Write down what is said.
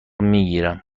میگیرم